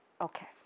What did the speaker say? Okay